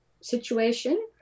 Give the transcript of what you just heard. situation